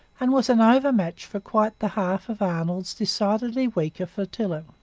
and was an overmatch for quite the half of arnold's decidedly weaker flotilla.